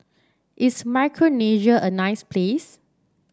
is Micronesia a nice place